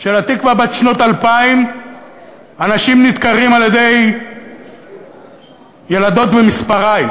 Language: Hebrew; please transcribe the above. של התקווה בת שנות אלפיים אנשים נדקרים על-ידי ילדות במספריים,